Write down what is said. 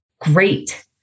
great